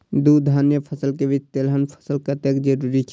दू धान्य फसल के बीच तेलहन फसल कतेक जरूरी छे?